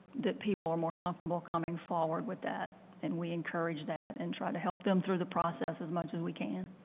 that people are more comfortable coming forward with that and we encourage that and try to help them through the process is much as we can.